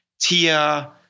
Tia